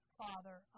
father